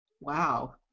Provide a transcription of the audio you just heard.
Wow